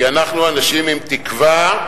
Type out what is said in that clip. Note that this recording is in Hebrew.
כי אנחנו אנשים עם תקווה,